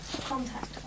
contact